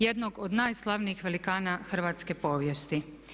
Jednog od najslavnijih velikana hrvatske povijesti.